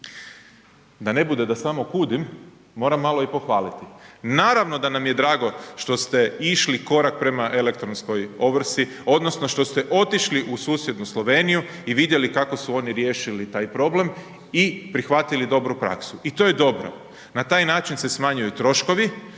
Da ne bude da samo kudim, moram malo i pohvaliti. Naravno da nam je drago što ste išli korak prema elektronskoj ovrsi odnosno što ste otišli u susjednu Sloveniju i vidjeli kako su on riješili taj problem i prihvatili dobru praksu, i to je dobro, na taj način se smanjuju troškovi,